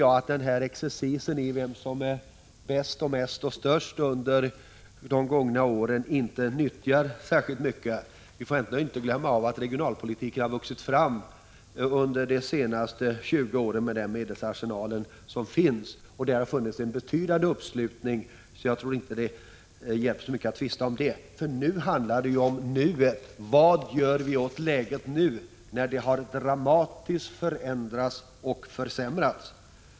Jag tror att denna exercis i vem som har gjort mest och som varit bäst och störst under de gångna åren inte är till någon särskild nytta. Vi får ändå inte glömma bort att regionalpolitiken, med den medelsarsenal som finns, har vuxit fram under de senaste 20 åren. Det har funnits en betydande uppslutning. Jag tror inte att det är till någon hjälp att tvista om det. Nu handlar det om vad vi gör åt läget i dag, när det dramatiskt har förändrats och försämrats.